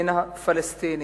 ובין הפלסטינים.